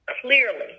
clearly